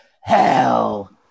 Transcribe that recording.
hell